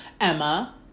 Emma